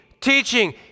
teaching